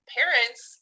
parents